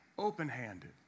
Open-handed